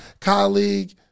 colleague